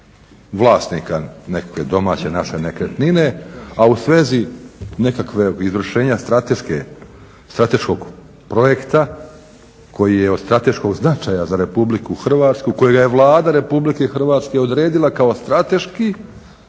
vlasnika neke domaće naše nekretnine, a u svezi nekakve izvršenja strateške, strateškog projekta koji je od strateškog značaja za RH, kojega je Vlada RH odredila kao strateški,